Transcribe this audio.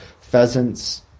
pheasants